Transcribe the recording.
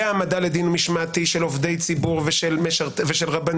בהעמדה לדין משמעתי של עובדי ציבור ושל רבנים,